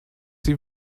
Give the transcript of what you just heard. sie